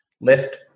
left